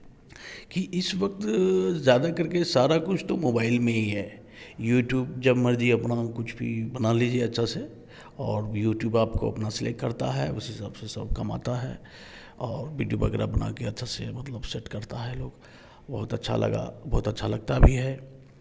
कि इस वक्त ज़्यादा करके सारा कुछ तो मोबाईल में ही हैं यूटूब जब मर्ज़ी अपना कुछ भी बना लीजिए अच्छा से और यूटूब आपको अपना सेलेक्ट करता है उस हिसाब से सबका काम आता है और विडियो वगेरह बना कर अच्छा से मतलब सेट करता है लोग बहुत अच्छा लगा बहुत अच्छा लगता भी है